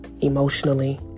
emotionally